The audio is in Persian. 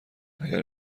اگر